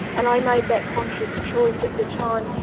and i made that conscious choice at the time,